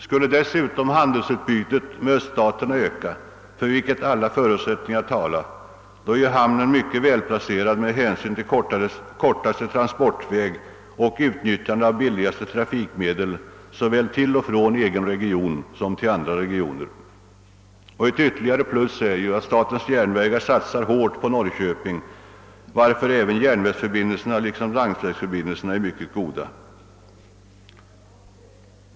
Skulle dessutom handelsutbytet med öststaterna öka — för vilket alla förutsättningar talar är hamnen mycket välplacerad med hänsyn till kortaste transportväg och utnyttjande av billigaste trafikmedel såväl till och från egen region som till andra regioner. Ett ytterligare plus är att statens järnvägar satsar hårt på Norrköping, varför även järnvägsförbindelserna liksom landsvägsförbindelserna är mycket goda.